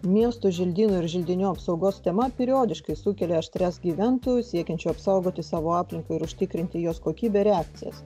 miesto želdynų ir želdinių apsaugos tema periodiškai sukelia aštrias gyventojų siekiančių apsaugoti savo aplinką ir užtikrinti jos kokybę reakcijas